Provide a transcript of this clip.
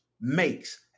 makes